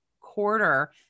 quarter